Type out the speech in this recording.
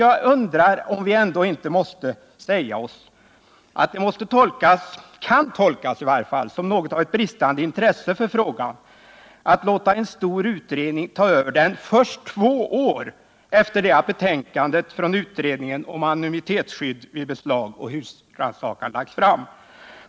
Jag undrar om vi ändå inte måste säga oss att det kan tolkas som något av ett bristande intresse för frågan att låta en stor utredning ta över den först två år efter det att betänkandet från utredningen om anonymitetsskydd vid beslag och husrannsakan lagts fram.